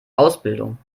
ausbildung